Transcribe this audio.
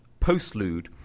postlude